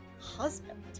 Husband